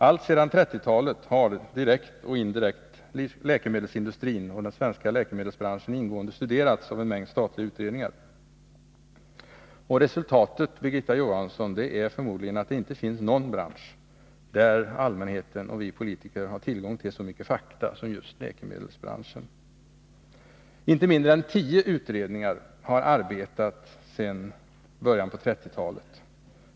Alltsedan 1930-talet har, direkt och indirekt, läkemedelsindustrin och den svenska läkemedelsbranschen ingående studerats av en mängd statliga utredningar. Resultatet, Birgitta Johansson, är att det förmodligen inte finns någon bransch som allmänheten och vi politiker har tillgång till så mycket fakta om som just läkemedelsbranschen. Inte mindre än tio utredningar har arbetat sedan början av 1930-talet.